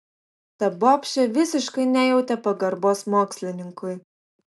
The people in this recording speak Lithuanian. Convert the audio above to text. ta bobšė visiškai nejautė pagarbos mokslininkui